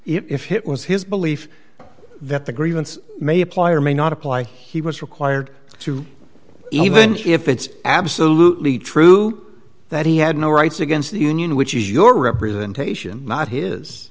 if it was his belief that the grievance may apply or may not apply he was required to even if it's absolutely true that he had no rights against the union which is your representation not his